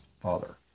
father